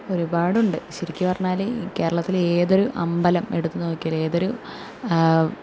ഒരുപാടുണ്ട് ശരിക്കും പറഞ്ഞാൽ കേരളത്തിൽ ഏതൊരു അമ്പലം എടുത്തു നോക്കിയാലും ഏതൊരു